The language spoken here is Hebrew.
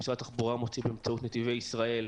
שמשרד התחבורה מוציא באמצעות נתיבי ישראל,